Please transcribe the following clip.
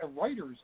writers